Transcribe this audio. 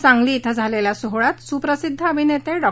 सांगली शिं झालेल्या सोहळ्यात सुप्रसिद्ध अभिनेते डॉ